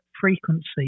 frequency